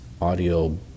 audio